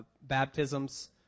baptisms